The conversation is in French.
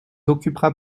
occupera